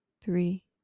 three